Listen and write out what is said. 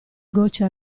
gocce